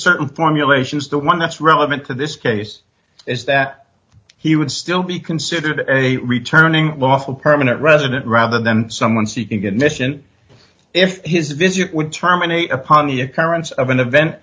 certain formulation is the one that's relevant to this case is that he would still be considered as a returning lawful permanent resident rather than someone seeking admission if his visit would terminate upon the occurrence of an event